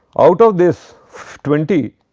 out of this twenty